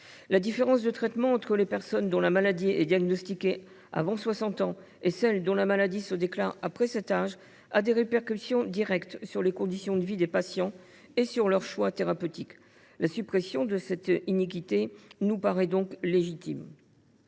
La différence de traitement entre les personnes dont la maladie est diagnostiquée avant 60 ans et celles dont la maladie se déclare après cet âge a des répercussions directes sur les conditions de vie des patients et sur leurs choix thérapeutiques. La suppression de cette situation inéquitable nous paraît donc légitime.